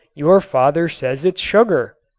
your father says it's sugar.